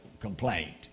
Complaint